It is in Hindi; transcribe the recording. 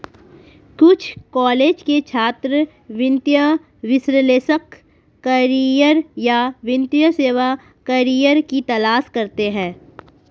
कुछ कॉलेज के छात्र वित्तीय विश्लेषक करियर या वित्तीय सेवा करियर की तलाश करते है